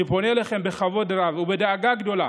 אני פונה אליכם בכבוד רב ובדאגה גדולה: